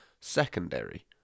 secondary